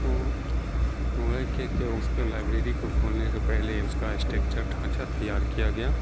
تو ہوا کہ کہ اس کو لائبریری کو کھولنے سے پہلے اس کا اسٹیکچر ڈھانچہ تیار کیا گیا